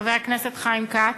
חבר הכנסת חיים כץ.